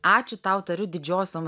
ačiū tau tariu didžiosiom